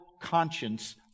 conscience